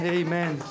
amen